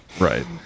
right